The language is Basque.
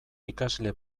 ikasle